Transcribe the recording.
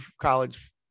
college